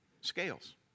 Scales